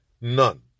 None